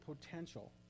potential